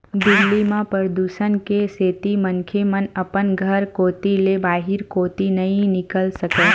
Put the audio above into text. दिल्ली म परदूसन के सेती मनखे मन अपन घर कोती ले बाहिर कोती नइ निकल सकय